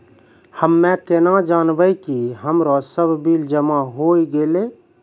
हम्मे केना जानबै कि हमरो सब बिल जमा होय गैलै?